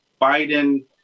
Biden